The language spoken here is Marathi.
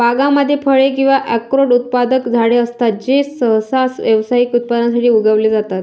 बागांमध्ये फळे किंवा अक्रोड उत्पादक झाडे असतात जे सहसा व्यावसायिक उत्पादनासाठी उगवले जातात